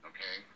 Okay